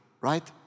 right